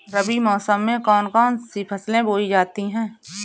रबी मौसम में कौन कौन सी फसलें बोई जाती हैं?